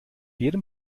jedem